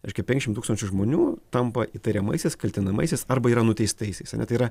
reiškia penkiasdešim tūkstančių žmonių tampa įtariamaisiais kaltinamaisiais arba yra nuteistaisiais ar ne tai yra